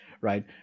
right